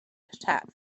attack